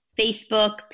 facebook